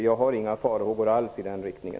Jag har inga farhågor alls i den riktningen.